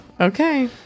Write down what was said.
Okay